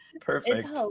perfect